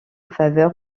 faveur